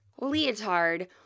leotard